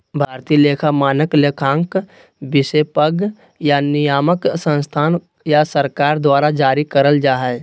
भारतीय लेखा मानक, लेखांकन विशेषज्ञ या नियामक संस्था या सरकार द्वारा जारी करल जा हय